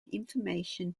information